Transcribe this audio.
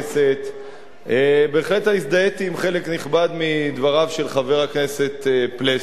אני בהחלט הזדהיתי עם חלק נכבד מדבריו של חבר הכנסת פלסנר.